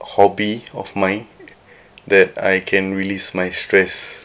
hobby of mine that I can release my stress